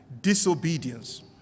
disobedience